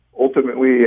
ultimately